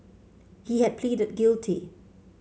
he had pleaded guilty